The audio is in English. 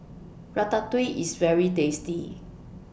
Ratatouille IS very tasty